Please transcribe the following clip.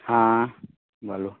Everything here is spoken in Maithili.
हँ बोलू